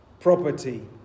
property